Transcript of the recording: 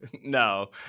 No